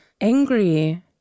angry